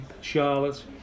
Charlotte